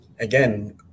Again